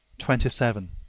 twenty seven.